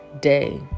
day